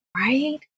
Right